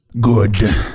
good